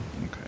Okay